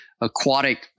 aquatic